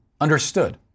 understood